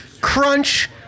Crunch